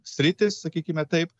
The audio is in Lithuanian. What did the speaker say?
sritys sakykime taip